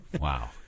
Wow